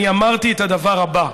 אני אמרתי את הדבר הזה: